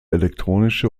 elektronische